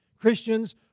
Christians